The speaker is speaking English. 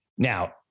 Now